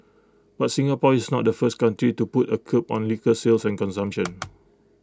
but Singapore is not the first country to put A curb on liquor sales and consumption